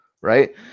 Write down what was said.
right